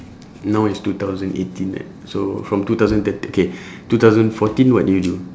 now is two thousand eighteen right so from two thousand thirt~ okay two thousand fourteen what did you do